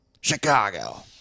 Chicago